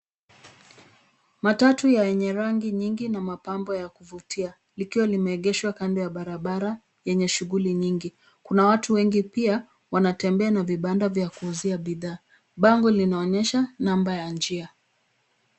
Matatu yenye rangi nyingi na mapambo ya kuvutia likiwa limeegeshwa kando ya barabara yenye shughuli nyingi. Kuna watu wengi pia wanatembea na vibanda vya kuuzia bidhaa. Bango linaonyesha namba ya njia.